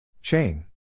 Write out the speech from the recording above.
Chain